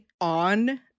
on